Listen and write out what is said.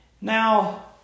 Now